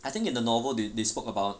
I think in the novel they they spoke about